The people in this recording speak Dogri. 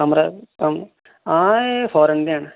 आं एह् फारन दे ऐन